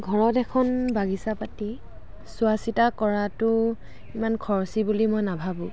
ঘৰত এখন বাগিচা পাতি চোৱা চিতা কৰাতো ইমান খৰচী বুলি মই নাভাবোঁ